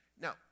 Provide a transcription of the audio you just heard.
now